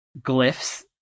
glyphs